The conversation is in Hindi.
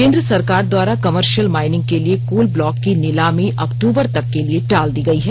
केन्द्र सरकार द्वारा कर्मशियल माईनिंग के लिए कोल ब्लॉक की निलामी अक्टूबर तक के लिए टाल दी गई है